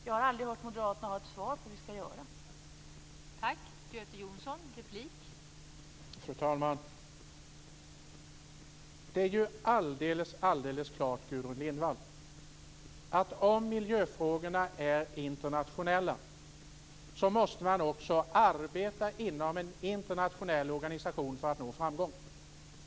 Jag har aldrig hört moderaterna ge ett svar på hur vi skall göra.